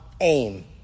aim